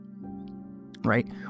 right